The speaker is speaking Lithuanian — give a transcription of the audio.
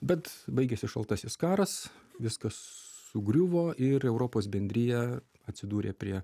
bet baigėsi šaltasis karas viskas sugriuvo ir europos bendrija atsidūrė prie